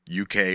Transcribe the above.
UK